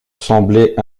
semblait